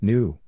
New